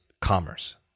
commerce